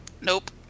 Nope